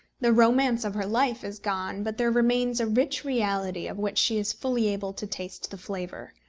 the romance of her life is gone, but there remains a rich reality of which she is fully able to taste the flavour.